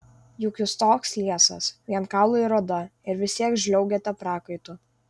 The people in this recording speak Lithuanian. juk jūs toks liesas vien kaulai ir oda ir vis tiek žliaugiate prakaitu